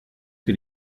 que